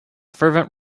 fervent